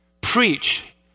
Preach